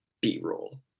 b-roll